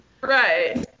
Right